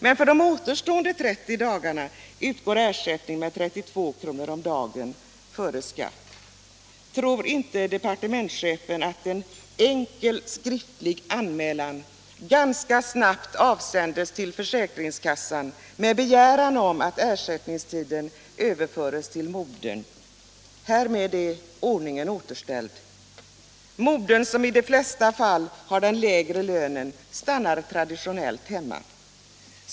Men för de återstående 30 dagarna utgår ersättning med 32 kr. om dagen före skatt. Tror inte departementschefen att i sådana fall en enkel skriftlig anmälan ganska snabbt avsänds till försäkringskassan med begäran om att ersättningstiden överförs till modern? Härmed är ordningen återställd. Modern, som i de flesta fall har den lägre lönen, stannar traditionellt hemma.